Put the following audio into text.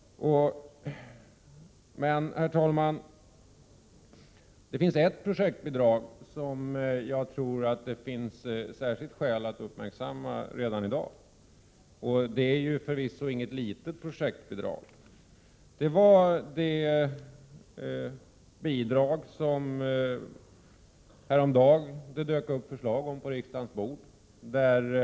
Ett projektbidrag — och det är förvisso inte litet — tror jag att det finns särskilt skäl att uppmärksamma redan i dag, nämligen det bidrag som det häromdagen dök upp förslag om på riksdagens bord.